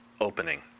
opening